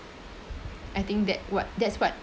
I think that what that's what